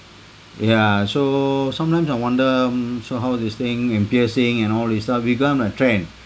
yeah so sometimes I wonder mm so how this thing and piercing and all these stuff become a trend